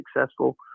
successful